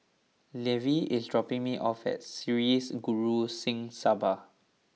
Levi is dropping me off at Sri Guru Singh Sabha